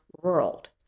world